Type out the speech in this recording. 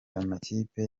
amakipe